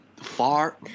Far